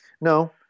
No